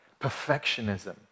Perfectionism